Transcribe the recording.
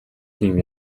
тийм